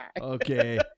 Okay